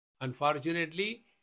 Unfortunately